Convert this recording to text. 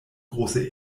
große